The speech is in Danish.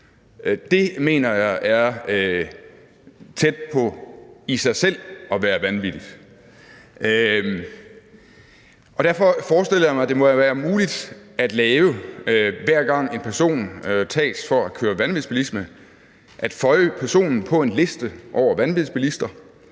mener jeg er tæt på i sig selv at være vanvittigt. Derfor forestiller jeg mig, at det må være muligt, hver gang en person tages for vanvidsbilisme, at føje personen på en liste over vanvidsbilister,